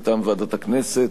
מטעם ועדת הכנסת.